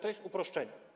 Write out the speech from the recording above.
To jest uproszczenie.